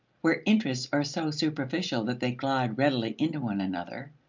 where interests are so superficial that they glide readily into one another,